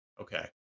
Okay